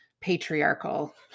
patriarchal